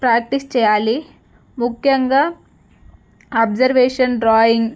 practice చెయ్యాలి ముఖ్యంగా observation drawing